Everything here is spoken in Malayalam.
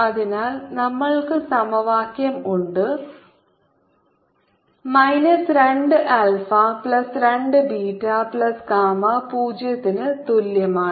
അതിനാൽ നമ്മൾക്ക് സമവാക്യം ഉണ്ട് minus 2 alpha plus 2 beta plus gamma 0 ന് തുല്യമാണ്